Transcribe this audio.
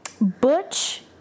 Butch